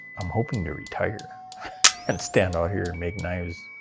i'm hoping to retire and stand out here and make knives.